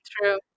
true